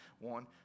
One